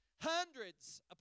Hundreds